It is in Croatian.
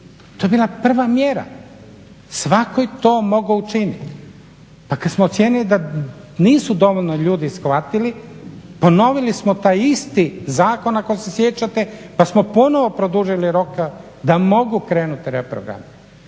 To je bila prva mjera, svako je to mogao učiniti. Pa kad smo ocijenili da nisu dovoljno ljudi shvatili, ponovili smo taj isti zakon, ako se sjećate, pa smo ponovno produžili rok da mogu krenuti reprogrami.